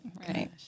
Right